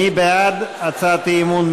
מי בעד הצעת האי-אמון?